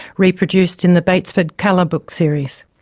reproduced in the batesford colour book series.